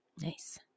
Nice